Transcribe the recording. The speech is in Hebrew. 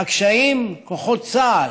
הקשיים כוחות צה"ל,